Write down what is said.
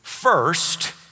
First